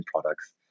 products